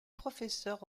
professeur